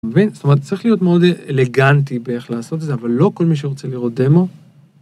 מבין? זאת אומרת, צריך להיות מאוד אלגנטי באיך לעשות את זה אבל לא כל מי שרוצה לראות דמו.